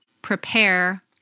prepare